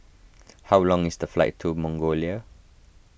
how long is the flight to Mongolia